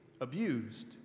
abused